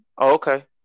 okay